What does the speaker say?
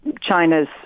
China's